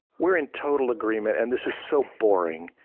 we're in total agreement and this is so boring.